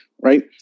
right